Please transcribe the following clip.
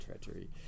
treachery